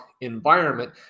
environment